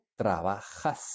trabajas